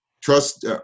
Trust